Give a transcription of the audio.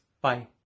Bye